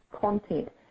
content